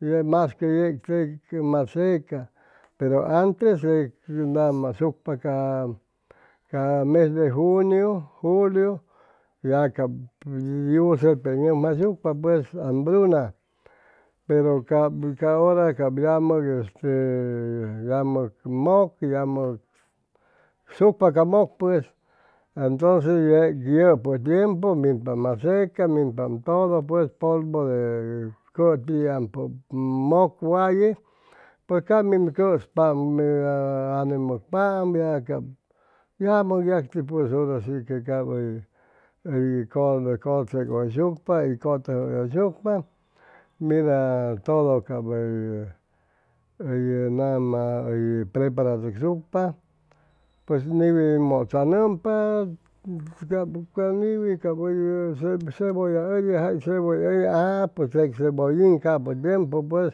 Mas que yeg tec maseca pero antes nama sucpa ca ca mes de junio, julio, ya cap hʉy nʉmjaishucpa ambruna pero cap ca hora cap yamʉg este yamʉg mʉk yamʉg sucpa ca mʉk pues entonces yeg yʉpʉ tiempu minpa maseca minpam todo pues polvo de cʉtiampʉ mʉk waye pʉj cap min cʉspam anne mʉcpaam ya cap yamʉ yacti pues hora shi que cap hʉy cʉchegʉyshucpa hʉy mira todo cap hʉy hʉy nama hʉy preparachʉcsucpa pues niwi mʉchanʉmpa cap ca niwi cap cebolla jay cebolla ʉi cebollin capʉ tiempu pues